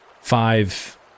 five